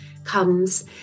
comes